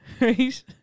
right